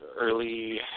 early